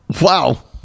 wow